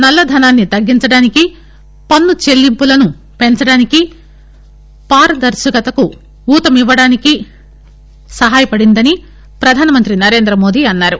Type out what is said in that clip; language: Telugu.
నల్లధనాన్ని తగ్గించడానికి పన్ను చెల్లింపులను పెంచడానికి పారదర్శకతను ఊతమివ్వడానికి సహాయపడిందని ప్రధాన మంత్రి నరేంద్రమోదీ అన్నారు